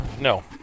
No